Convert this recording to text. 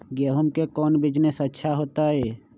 गेंहू के कौन बिजनेस अच्छा होतई?